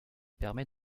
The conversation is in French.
permet